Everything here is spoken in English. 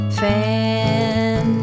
fan